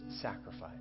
sacrifice